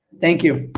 thank you,